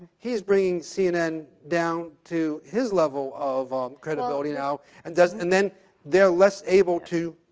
he is bringing cnn down to his level of um credibility now, and doesn't and then they are less able to,